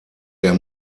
der